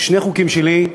שני חוקים שלי,